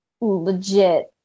legit